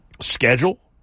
Schedule